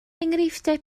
enghreifftiau